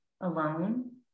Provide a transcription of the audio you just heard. alone